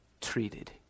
treated